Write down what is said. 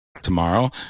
tomorrow